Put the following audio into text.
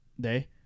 day